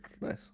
Nice